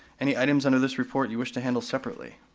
any items under this report you wish to handle separately?